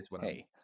hey